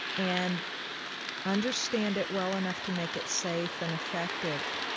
and understand it well enough to make it safe and effective